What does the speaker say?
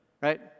right